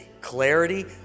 clarity